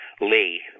Lee